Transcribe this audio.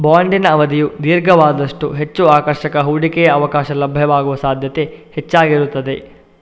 ಬಾಂಡಿನ ಅವಧಿಯು ದೀರ್ಘವಾದಷ್ಟೂ ಹೆಚ್ಚು ಆಕರ್ಷಕ ಹೂಡಿಕೆಯ ಅವಕಾಶ ಲಭ್ಯವಾಗುವ ಸಾಧ್ಯತೆ ಹೆಚ್ಚಾಗಿರುತ್ತದೆ